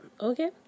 Okay